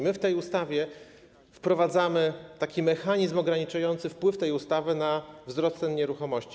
My w tej ustawie wprowadzamy mechanizm ograniczający wpływ tej ustawy na wzrost cen nieruchomości.